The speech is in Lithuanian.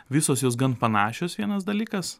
visos jos gan panašios vienas dalykas